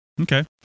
Okay